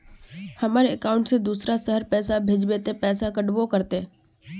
हमर अकाउंट से दूसरा शहर पैसा भेजबे ते पैसा कटबो करते?